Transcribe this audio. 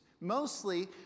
mostly